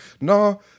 no